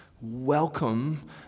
welcome